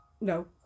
No